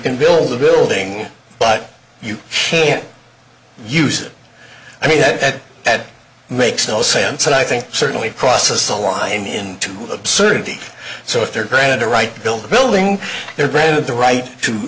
can build a building but you can't use it i mean that makes no sense and i think certainly crosses the line into absurdity so if they are granted a right to build a building they're bred of the right to